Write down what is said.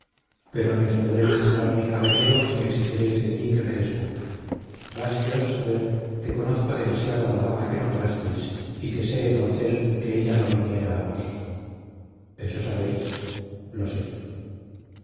os podréis nombrar mi caballero ni exigiréis de mí que me descubra básteos saber que conozco demasiado a la dama que nombrasteis y que sé doncel que ella no viniera a vos eso sabéis lo sé